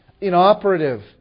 inoperative